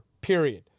period